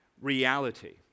reality